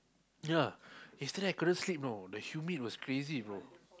ya yesterday I couldn't sleep know the humid was crazy bro